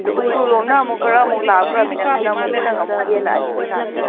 ꯑꯗꯨ ꯎꯈ꯭ꯔꯨꯜ ꯂꯣꯝꯅ ꯑꯃꯨꯛ ꯈꯔ ꯑꯃꯨꯛ ꯂꯥꯞꯈ꯭ꯔꯃꯤꯅ ꯑꯗꯨꯅ ꯑꯃꯨꯛ ꯈꯤꯇꯪ ꯑꯃꯨꯛ ꯍꯦꯜꯂꯛꯑꯅꯤ ꯄꯩꯁꯥꯁꯦ